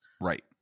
Right